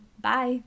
Bye